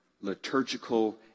liturgical